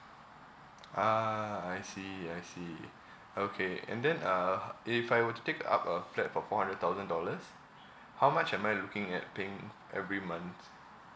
ah I see I see okay and then uh if I were to take up a flat for four hundred thousand dollars how much am I looking at paying every month